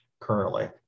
currently